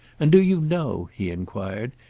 and do you know, he enquired,